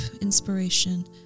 inspiration